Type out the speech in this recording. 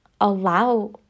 allow